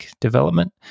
development